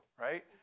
right